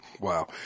wow